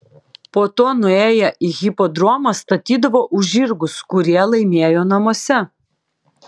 po to nuėję į hipodromą statydavo už žirgus kurie laimėjo namuose